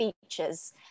features